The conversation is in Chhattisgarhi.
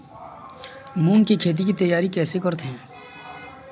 मूंग के खेती के तियारी कइसे करना रथे?